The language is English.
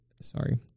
sorry